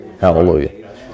Hallelujah